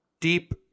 deep